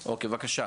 בבקשה.